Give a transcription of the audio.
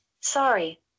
Sorry